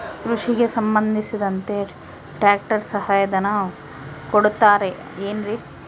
ಕೃಷಿಗೆ ಸಂಬಂಧಿಸಿದಂತೆ ಟ್ರ್ಯಾಕ್ಟರ್ ಸಹಾಯಧನ ಕೊಡುತ್ತಾರೆ ಏನ್ರಿ?